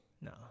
no